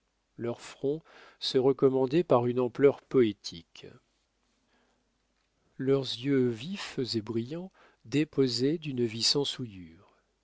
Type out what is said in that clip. leurs fronts se recommandaient par une ampleur poétique leurs yeux vifs et brillants déposaient d'une vie sans souillures